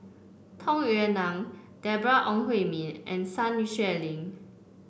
Tung Yue Nang Deborah Ong Hui Min and Sun Xueling